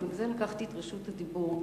ובגלל זה לקחתי את רשות הדיבור,